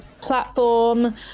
platform